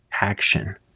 action